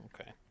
Okay